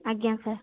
ଆଜ୍ଞା ସାର୍